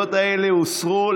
הוסרו.